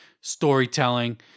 storytelling